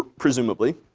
presumably,